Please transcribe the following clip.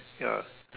ya